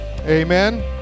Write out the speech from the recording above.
Amen